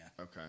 Okay